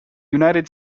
united